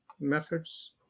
methods